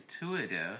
intuitive